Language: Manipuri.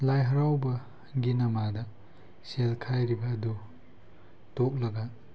ꯂꯥꯏ ꯍꯔꯥꯎꯕꯒꯤ ꯅꯃꯥꯗ ꯁꯦꯜ ꯈꯥꯏꯔꯤꯕ ꯑꯗꯨ ꯇꯣꯛꯂꯒ